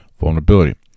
vulnerability